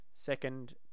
Second